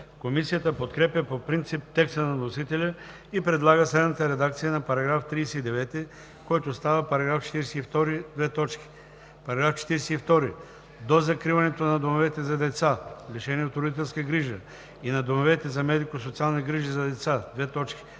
Комисията подкрепя по принцип текста на вносителя и предлага следната редакция на § 39, който става § 42: „§ 42. До закриването на домовете за деца, лишени от родителска грижа, и на домовете за медико-социални грижи за деца: 1. член